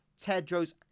Tedros